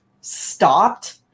stopped